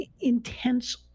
intense